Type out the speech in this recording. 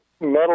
metal